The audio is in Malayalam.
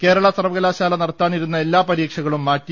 കേരള സർവകലാശാ ല നടത്താനിരുന്ന എല്ലാ പരീക്ഷകളും മാറ്റി